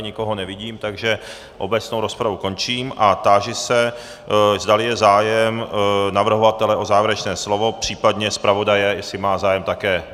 Nikoho nevidím, takže obecnou rozpravu končím a táži se, zdali je zájem navrhovatele o závěrečné slovo, případně zpravodaje, jestli má zájem také.